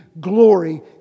glory